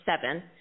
seven